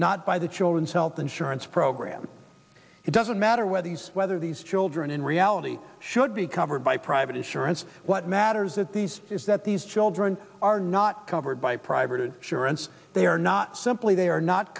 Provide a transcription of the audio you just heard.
not by the children's health insurance program it doesn't matter whether these whether these children in reality should be covered by private insurance what matters that these is that these children are not covered by private insurance they are not simply they are not